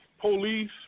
police